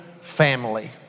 family